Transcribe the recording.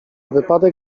wypadek